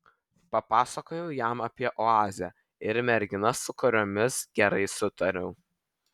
papasakojau jam apie oazę ir merginas su kuriomis gerai sutariau